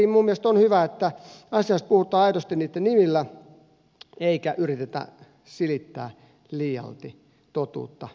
minun mielestäni on hyvä että asioista puhutaan aidosti niitten nimillä eikä yritetä silittää liialti totuutta piiloon